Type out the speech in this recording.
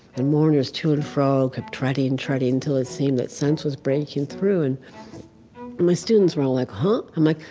and mourners, to and fro kept treading and treading and till it seemed that sense was breaking through. and my students were all like, huh? i'm like,